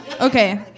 Okay